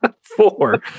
Four